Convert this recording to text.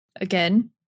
Again